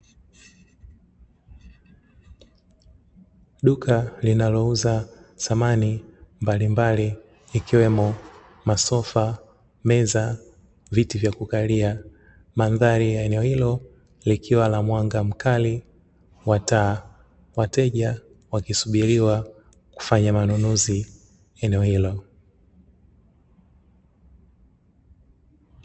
Duka linalouza samani mbalimbali ikiwemo meza, viti, makabati ikiwa kuna mwanga wakutosha eneo hilo kwaajili ya wateja kufanya manunuzi